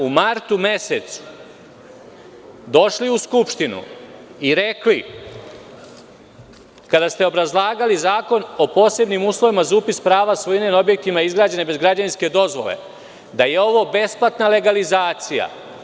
U martu mesecu ste došli u Skupštinu i rekli kada ste obrazlagali Zakon o posebnim uslovima za upis prava svojine na objektima izgrađenim bez građevinske dozvole da je ovo besplatna legalizacija.